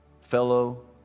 fellow